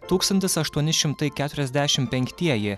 tūkstantis aštuoni šimtai keturiasdešimt penktieji